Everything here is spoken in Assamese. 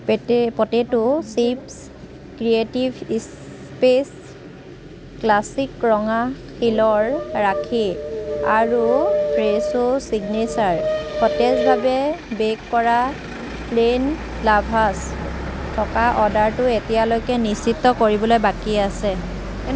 পেটে potato chips creative spice classic ৰঙা শিলৰ ৰাখী আৰু ফ্ৰেছো ছিগনেচাৰ সতেজভাৱে বে'ক কৰা প্লেইন লাভাছ থকা অৰ্ডাৰটো এতিয়ালৈকে নিশ্চিত কৰিবলৈ বাকী আছে